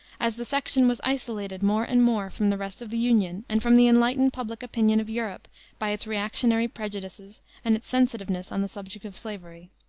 as the section was isolated more and more from the rest of the union and from the enlightened public opinion of europe by its reactionary prejudices and its sensitiveness on the subject of slavery.